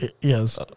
Yes